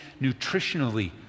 nutritionally